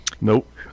nope